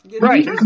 right